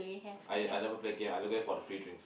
I I never play game I only go for the free drinks